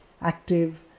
active